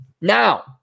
Now